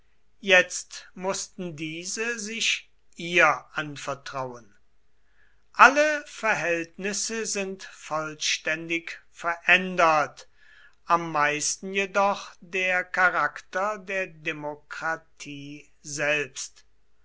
jetzt mußten diese sich ihr anvertrauen alle verhältnisse sind vollständig verändert am meisten jedoch der charakter der demokratie selbst